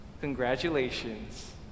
Congratulations